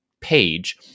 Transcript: page